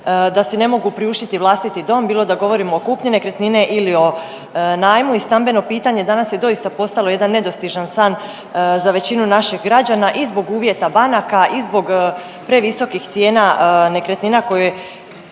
da si ne mogu priuštiti vlastiti dom, bilo da govorimo o kupnji nekretnine ili o najmu i stambeno pitanje danas je doista postalo jedan nedostižan san za većinu naših građana i zbog uvjeta banaka i zbog previsokih cijena nekretnina koje